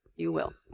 you will.